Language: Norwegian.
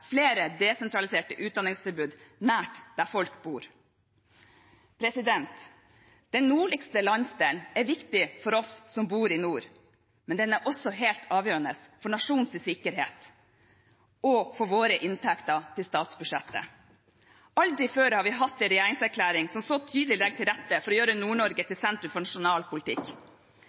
flere desentraliserte utdanningstilbud nær der folk bor. Den nordligste landsdelen er viktig for oss som bor i nord, men den er også helt avgjørende for nasjonens sikkerhet og for våre inntekter til statsbudsjettet. Aldri før har vi hatt en regjeringserklæring som så tydelig legger til rette for å gjøre Nord-Norge til sentrum for nasjonal politikk